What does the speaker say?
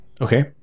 Okay